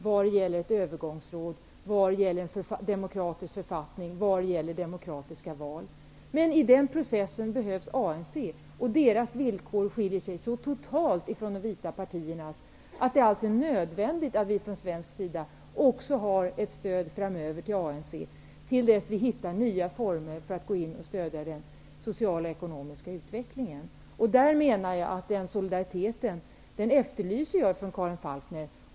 Jag tänker då på detta med övergångsråd, demokratisk författning och demokratiska val. I den processen behövs ANC, vars villkor så totalt skiljer sig från de vita partiernas att det är nödvändigt att vi från svensk sida också framöver har ett stöd till ANC. Så får det vara tills vi hittar nya former för stöd till den sociala och ekonomiska utvecklingen. Det är nämnda solidaritet som jag efterlyser hos Karin Falkmer.